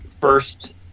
first